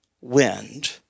wind